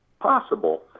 possible